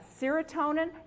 serotonin